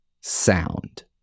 sound